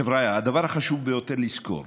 חבריא, הדבר החשוב ביותר לזכור